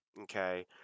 Okay